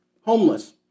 homeless